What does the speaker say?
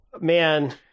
man